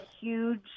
huge